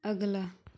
अगला